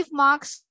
marks